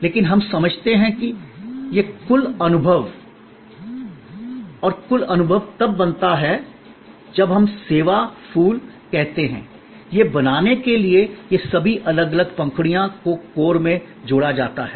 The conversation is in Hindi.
लेकिन हम समझते हैं कि यह कुल अनुभव है और कुल अनुभव तब बनता है जब हम सेवा फूल कहते हैं यह बनाने के लिए यह सभी अलग अलग पंखुड़ियों को कोर में जोड़ा जाता है